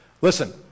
listen